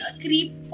creep